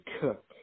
Cook